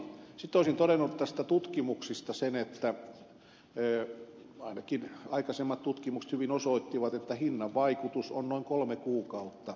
sitten olisin todennut näistä tutkimuksista sen että ainakin aikaisemmat tutkimukset hyvin osoittivat että hinnan vaikutus kesti noin kolme kuukautta